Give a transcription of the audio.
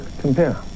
compare